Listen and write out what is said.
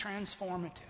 transformative